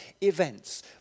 events